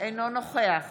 אינו נוכח